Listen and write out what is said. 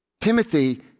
Timothy